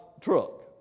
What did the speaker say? truck